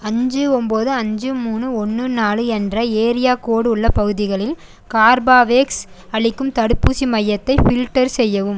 அஞ்சு ஒம்போது அஞ்சு மூணு ஒன்று நாலு என்ற ஏரியா கோடு உள்ள பகுதிகளில் கார்பவேக்ஸ் அளிக்கும் தடுப்பூசி மையத்தை ஃபில்டர் செய்யவும்